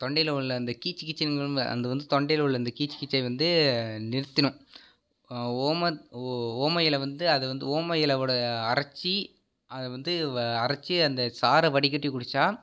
தொண்டையில் உள்ள அந்த கீச் கீச்சுங்கும்ல அது வந்து தொண்டையில் உள்ள அந்த கீச் கீச்ச வந்து நிறுத்திடும் ஓமத் ஓ ஓம இலை வந்து அது வந்து ஓம இல வோட அரச்சி அதை வந்து வ அரைச்சி அந்த சாறை வடிகட்டி குடிச்சால்